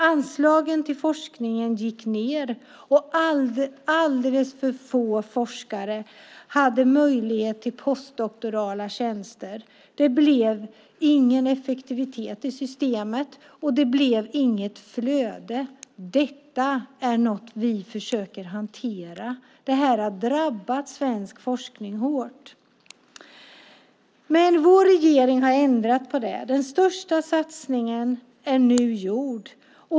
Anslagen till forskningen gick ned och alldeles för få forskare hade möjlighet till postdoktorala tjänster. Det blev ingen effektivitet i systemet, och det blev inget flöde. Det har drabbat svensk forskning hårt. Det är något vi försöker hantera. Vår regering har ändrat på det. Den största satsningen är nu gjord.